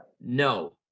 No